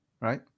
Right